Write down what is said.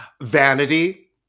Vanity